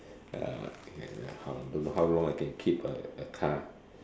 uh don't know how long I can keep a a car